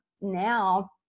now